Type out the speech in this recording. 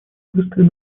быстрый